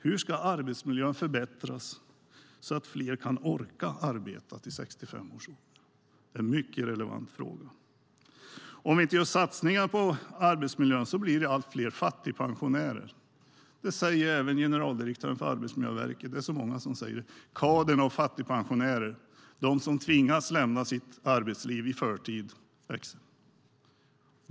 Hur kan arbetsmiljön förbättras så att fler orkar arbeta till 65 års ålder? Det är en mycket relevant fråga. Om vi inte gör satsningar på arbetsmiljön kommer det att bli allt fler fattigpensionärer. Det säger även generaldirektören för Arbetsmiljöverket. Kadern av fattigpensionärer, de som tvingas lämna arbetslivet i förtid, växer.